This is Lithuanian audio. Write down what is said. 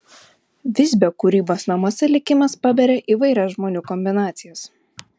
visbio kūrybos namuose likimas paberia įvairias žmonių kombinacijas